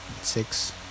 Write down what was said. six